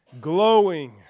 glowing